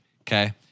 Okay